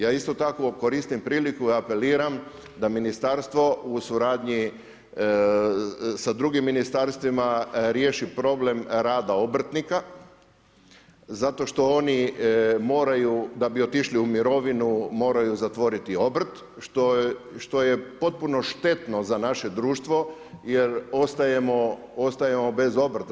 Ja isto tako koristim priliku i apeliram da ministarstvo u suradnji sa drugim ministarstvima riješi problem rada obrtnika zato što oni moraju da bi otišli u mirovinu moraju zatvoriti obrt što je potpuno štetno za naše društvo jer ostajemo bez obrta.